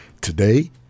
Today